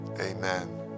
amen